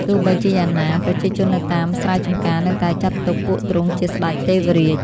ទោះបីជាយ៉ាងណា ប្រជាជននៅតាមស្រែចម្ការនៅតែចាត់ទុកពួកទ្រង់ជាស្តេចទេវរាជ។